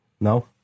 no